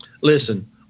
Listen